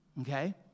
Okay